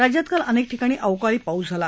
राज्यात काल अनेक ठिकाणी अवकाळी पाऊस झाला